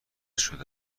شده